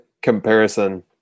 comparison